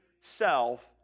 self